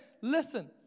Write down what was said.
listen